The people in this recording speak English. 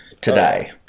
today